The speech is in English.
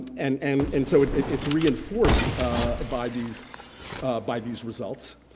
and and and so it's reinforced by these by these results.